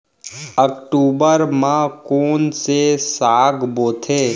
अक्टूबर मा कोन से साग बोथे?